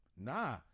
nah